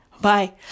Bye